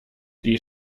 die